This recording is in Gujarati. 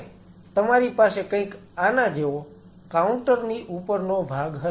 અને તમારી પાસે કંઈક આના જેવો કાઉન્ટર ની ઉપરનો ભાગ હશે